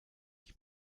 ich